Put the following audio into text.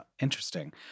interesting